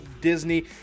Disney